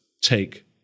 take